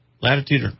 latitude